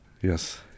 Yes